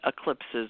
eclipses